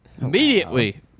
Immediately